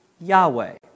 Yahweh